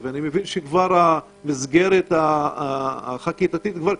אני מבין שהמסגרת החקיקתית כבר קיימת.